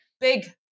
Big